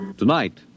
Tonight